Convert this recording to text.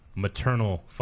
maternal